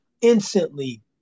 instantly